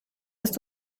ist